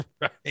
Right